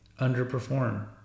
Underperform